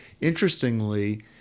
Interestingly